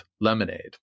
Lemonade